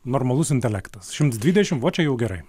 normalus intelektas šimtas dvidešim va čia jau gerai